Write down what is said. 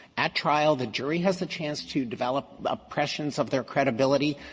at trial the jury has the chance to develop impressions of their credibility.